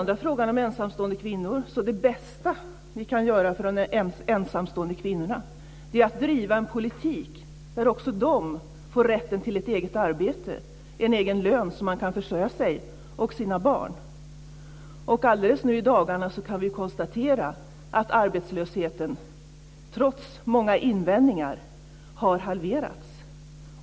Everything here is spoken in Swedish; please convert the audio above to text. Det bästa vi kan göra för de ensamstående kvinnorna är att driva en politik där också de får rätt till ett eget arbete, en egen lön så att de kan försörja sig och sina barn. Alldeles nu i dagarna kan vi konstatera att arbetslösheten trots många invändningar har halverats.